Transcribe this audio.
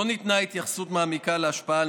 לא ניתנה התייחסות מעמיקה להשפעה על